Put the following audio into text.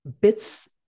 bits